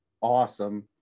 awesome